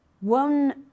one